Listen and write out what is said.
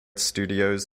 studios